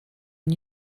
and